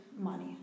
money